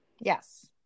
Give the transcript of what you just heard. yes